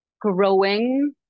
growing